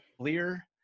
clear